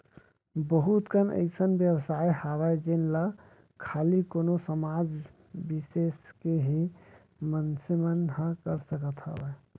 बहुत कन अइसन बेवसाय हावय जेन ला खाली कोनो समाज बिसेस के ही मनसे मन ह कर सकत हावय